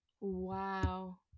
Wow